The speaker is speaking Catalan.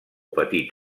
petit